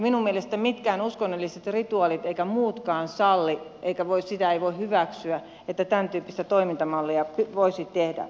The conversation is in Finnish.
minun mielestäni eivät mitkään uskonnolliset rituaalit eivätkä muutkaan salli eikä sitä voi hyväksyä että tämän tyyppistä toimintamallia voisi tehdä